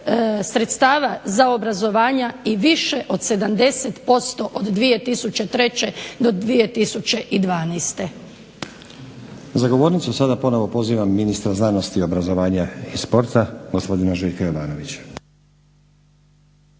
sredstava za obrazovanja i više od 70% od 2003. do 2012. **Stazić, Nenad (SDP)** Za govornicu sada ponovo pozivam ministra znanosti i obrazovanja i sporta gospodina Željka Jovanovića.